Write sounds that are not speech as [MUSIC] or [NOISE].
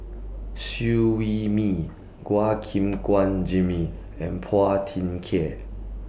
Siew Wee Mee [UNINTELLIGIBLE] Gim Guan Jimmy and Phua Thin Kiay